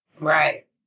Right